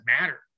matter